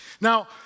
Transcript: Now